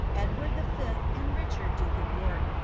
edward the fifth and richard, duke of york,